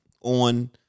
On